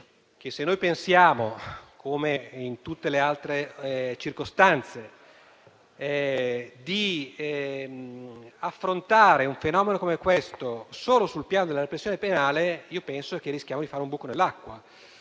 se pensiamo, come in tutte le altre circostanze, di affrontare un fenomeno come questo solo sul piano della repressione penale, penso che rischiamo di fare un buco nell'acqua.